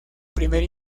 primer